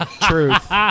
Truth